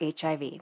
HIV